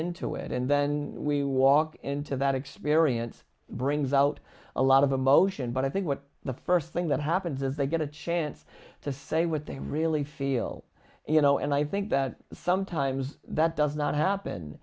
into it and then we walk into that experience brings out a lot of emotion but i think what the first thing that happens is they get a chance to say what they really feel you know and i think that sometimes that does not happen